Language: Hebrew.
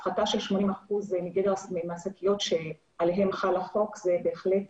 הפחתה של 80% מהשקיות שעליהן חל החוק זו בהחלט